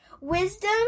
wisdom